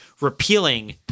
repealing